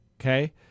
Okay